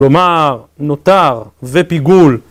‫כלומר, נותר ופיגול.